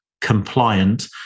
compliant